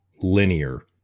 linear